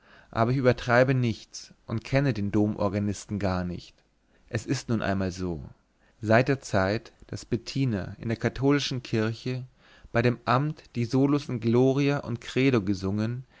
aber ich übertreibe nichts und kenne den dom organisten gar nicht es ist nun einmal so seit der zeit daß bettina in der katholischen kirche bei dem amt die solos im gloria und credo gesungen